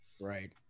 Right